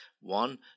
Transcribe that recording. one